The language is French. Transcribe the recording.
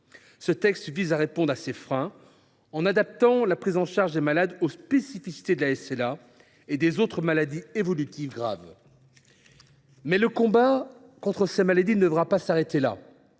Ce texte vise à répondre à ces freins, en adaptant la prise en charge des malades aux spécificités de la SLA et des autres maladies évolutives graves. « Mais le combat contre ces maladies ne devra pas s’arrêter là.